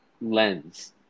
lens